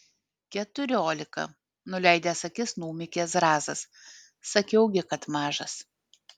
keturiolika nuleidęs akis numykė zrazas sakiau gi kad mažas